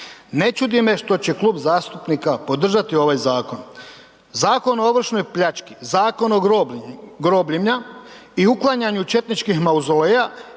Ne čudi me što će klub zastupnika podržati ovaj zakon. Zakon o ovršnoj pljački, Zakon o grobljima i uklanjanju četničkih Mauzoleja,